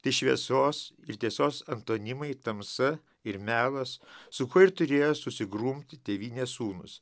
tai šviesios ir tiesos antonimai tamsa ir melas su kuo ir turėjo susigrumti tėvynės sūnūs